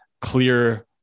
clear